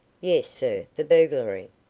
yes, sir the burglary.